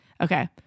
okay